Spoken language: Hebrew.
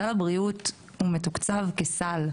סל הבריאות מתוקצב כסל,